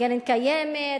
קרן קיימת,